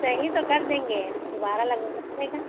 सही तो कर देंगे अब दोबारा लगाना पड़ेगा